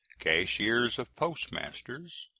cashiers of postmasters,